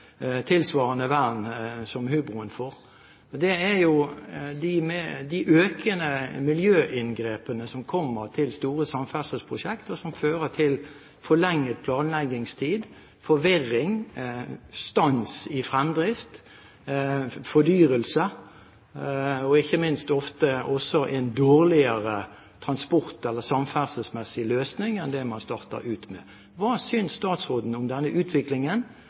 tilsvarende vern som hubroen får – og det er de økende miljøinngrepene som kommer med store samferdselsprosjekt, og som fører til forlenget planleggingstid, forvirring, stans i fremdrift, fordyrelse, og ikke minst ofte også en dårligere transport- eller samferdselsmessig løsning enn det man startet med. Hva synes statsråden om denne utviklingen?